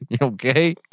Okay